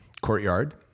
courtyard